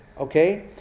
okay